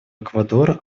эквадора